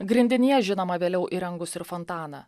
grindinyje žinoma vėliau įrengus ir fontaną